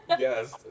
Yes